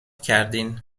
کردین